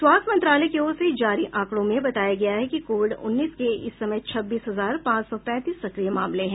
स्वास्थ्य मंत्रालय की ओर से जारी आंकडों में बताया गया है कि कोविड उन्नीस के इस समय छब्बीस हजार पांच सौ पैंतीस सक्रिय मामले हैं